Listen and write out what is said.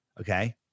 Okay